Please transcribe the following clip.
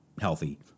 healthy